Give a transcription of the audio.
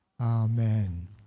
amen